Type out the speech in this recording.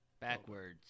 Backwards